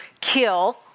kill